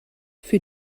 für